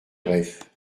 bref